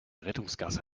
rettungsgasse